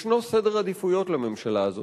ישנו סדר עדיפויות לממשלה הזאת,